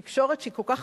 התקשורת, שהיא כל כך,